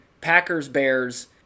Packers-Bears